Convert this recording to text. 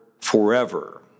forever